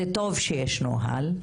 זה טוב שיש נוהל,